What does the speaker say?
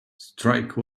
strike